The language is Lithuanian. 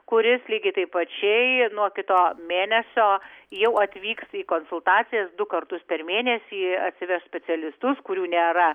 kuris lygiai taip pačiai nuo kito mėnesio jau atvyks į konsultacijas du kartus per mėnesį atsiveš specialistus kurių nėra